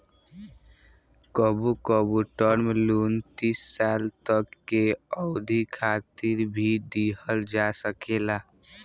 कबो कबो term loan तीस साल तक के अवधि खातिर भी दीहल जा सकेला